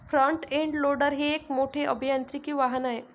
front end loader हे एक मोठे अभियांत्रिकी वाहन आहे